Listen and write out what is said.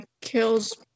kills